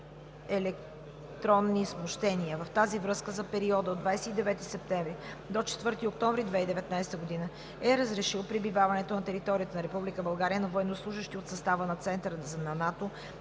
радиоелектронни смущения. В тази връзка за периода от 29 септември до 4 октомври 2019 г. е разрешил пребиваването на територията на Република България на военнослужещи от състава на Центъра на НАТО